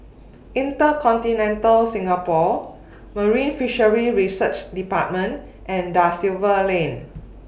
InterContinental Singapore Marine Fisheries Research department and DA Silva Lane